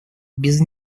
без